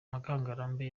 mukangarambe